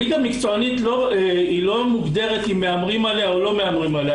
ליגה מקצוענית היא לא מוגדרת אם מהמרים עליה או לא מהמרים עליה,